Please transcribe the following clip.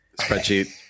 Spreadsheet